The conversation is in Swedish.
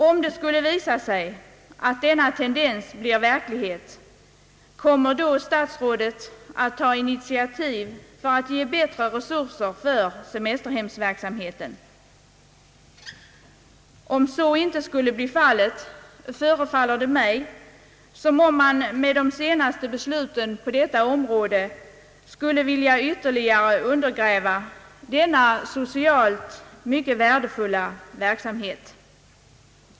Om det skulle visa sig att denna tendens håller i sig, kommer statsrådet då att ta ett initiativ för att åstadkomma bättre resurser för semesterhemsverksamheten? Om så inte skulle bli fallet förefaller det mig som om man genom de senaste besluten på detta område ville ytterligare undergräva denna socialt mycket värdefulla verksamhet.